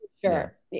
sure